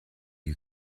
you